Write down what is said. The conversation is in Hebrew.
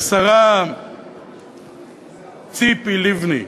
השרה ציפי לבני,